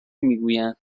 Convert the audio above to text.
میگویند